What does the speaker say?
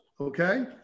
okay